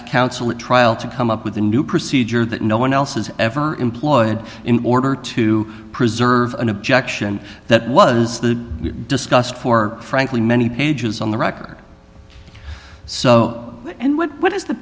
counsel at trial to come up with a new procedure that no one else has ever employed in order to preserve an objection that was the discussed for frankly many pages on the record so and what is the